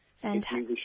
Fantastic